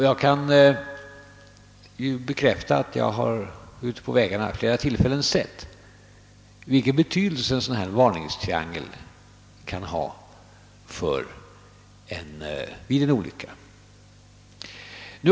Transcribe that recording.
Jag kan bekräfta att jag ute på vägarna vid flera tillfällen sett vilken betydelse en sådan varningstriangel kan ha vid en olycka.